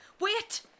Wait